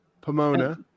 Pomona